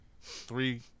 three